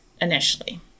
initially